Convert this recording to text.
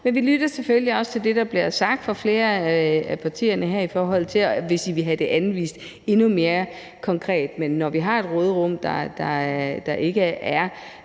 Men vi lytter selvfølgelig også til det, der bliver sagt fra flere af partiernes side, i forhold til hvis I vil have det anvist endnu mere konkret. Men når vi har et råderum, der ikke er